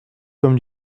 comme